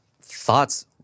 thoughts